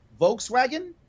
Volkswagen